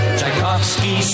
Tchaikovsky